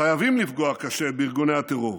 חייבים לפגוע קשה בארגוני הטרור.